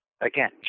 Again